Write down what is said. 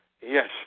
Yes